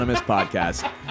podcast